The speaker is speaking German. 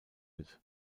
wird